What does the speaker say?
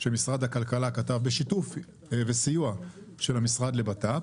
שמשרד הכלכלה כתב בשיתוף וסיוע של המשרד לבט"פ,